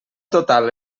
total